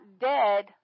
dead